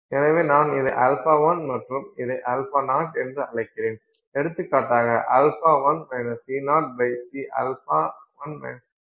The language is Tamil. எனவே நான் இதை α1 மற்றும் இதை α0 என்று அழைக்கிறேன் எடுத்துக்காட்டாக α1 C0 Cα1 Cliquid பார்க்கலாம்